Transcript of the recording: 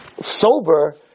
sober